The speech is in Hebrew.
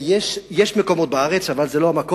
יש מקומות בארץ, אבל זה לא המקום.